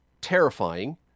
terrifying